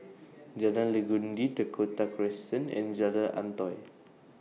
Jalan Legundi Dakota Crescent and Jalan Antoi